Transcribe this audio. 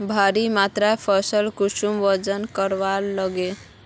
भारी मात्रा फसल कुंसम वजन करवार लगे?